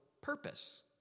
purpose